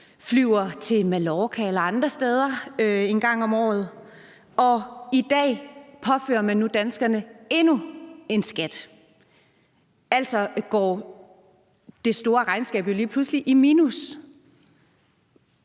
flyver til Mallorca eller andre steder en gang om året. I dag påfører man nu danskerne endnu en skat, og altså går det store regnskab jo lige pludselig i minus.